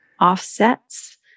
offsets